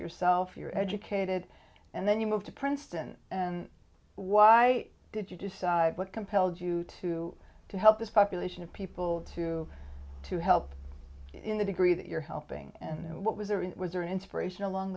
yourself you're educated and then you moved to princeton and why did you decide what compelled you to to help this population of people to to help in the degree that you're helping and what was there was your inspiration along